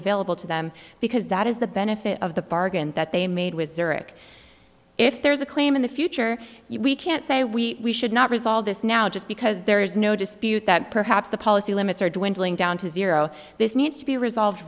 available to them because that is the benefit of the bargain that they made with direct if there is a claim in the future we can't say we should not resolve this now just because there is no dispute that perhaps the policy limits are dwindling down to zero this needs to be resolved